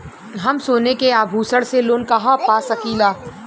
हम सोने के आभूषण से लोन कहा पा सकीला?